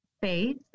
faith